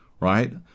Right